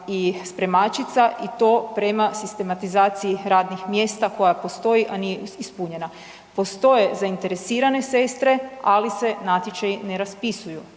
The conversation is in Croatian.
i spremačica i to prema sistematizaciji radnih mjesta koja postoji, a nije ispunjena. Postoje zainteresirane sestre, ali se natječaji ne raspisuju,